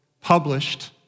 published